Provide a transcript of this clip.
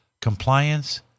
compliance